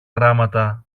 γράμματα